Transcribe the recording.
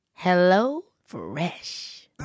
HelloFresh